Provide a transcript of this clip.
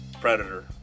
Predator